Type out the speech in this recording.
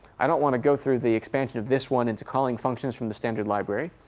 i don't want to go through the expansion of this one into calling functions from the standard library.